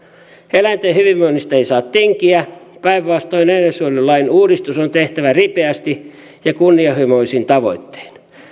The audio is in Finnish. eläinten hyvinvoinnista ei saa tinkiä päinvastoin eläinsuojelulain uudistus on tehtävä ripeästi ja kunnianhimoisin tavoittein